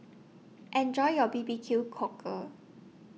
Enjoy your B B Q Cockle